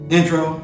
Intro